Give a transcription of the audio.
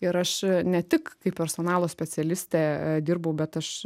ir aš ne tik kaip personalo specialistė dirbau bet aš